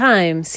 Time